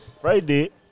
Friday